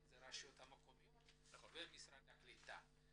זה הרשויות המקומיות ומשרד הקליטה.